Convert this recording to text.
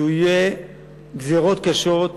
אלה יהיו גזירות קשות,